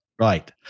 Right